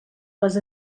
les